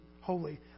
holy